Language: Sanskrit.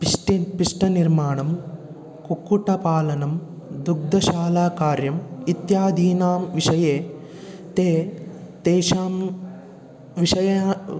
पिष्टि पिष्टनिर्माणं कुक्कुटपालनं दुग्धशालाकार्यम् इत्यादीनां विषये ते तेषां विषये